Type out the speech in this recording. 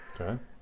okay